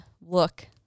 look